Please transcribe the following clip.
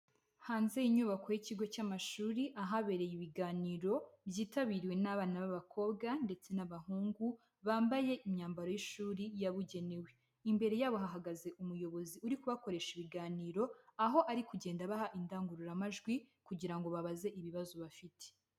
Hanze y'inyubako y'ikigo cy'amashuri ahabereye ibiganiro byitabiriwe n'abana b'abakobwa ndetse n'abahungu bambaye imyambaro y'ishuri yabugenewe, imbere yabo hahagaze umuyobozi uri kubakoresha ibiganiro aho ari kugenda abaha indangururamajwi kugira ngo babaze ibibazo bafite.